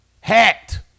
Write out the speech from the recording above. Hacked